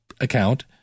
account